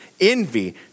envy